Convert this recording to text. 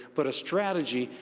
but a strategy.